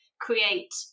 create